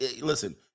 listen